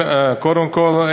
קודם כול,